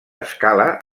escala